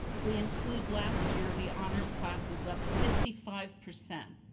if we include last year, the honors class is up fifty five percent.